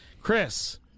Chris